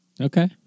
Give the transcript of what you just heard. Okay